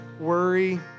worry